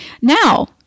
now